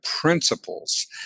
principles